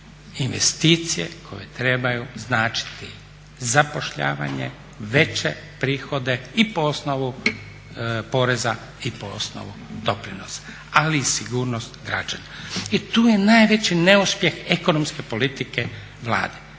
investicije koje trebaju značiti zapošljavanje, veće prihode i po osnovu poreza i po osnovu doprinosa ali i sigurnost građana. I tu je najveći neuspjeh ekonomske politike Vlade.